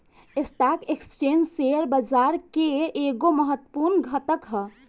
stock exchange share बाजार के एगो महत्वपूर्ण घटक ह